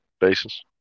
basis